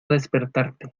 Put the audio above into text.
despertarte